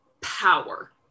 power